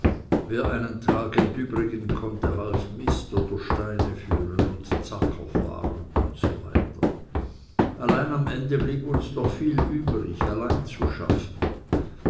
wer einen tag entübrigen konnte half mist oder steine führen und z'acker fahren usw allein am ende blieb uns doch viel übrig allein zu schaffen